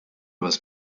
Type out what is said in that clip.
was